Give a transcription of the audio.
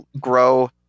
grow